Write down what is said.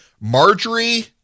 Marjorie